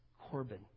Corbin